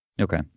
Okay